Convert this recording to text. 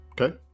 Okay